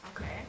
Okay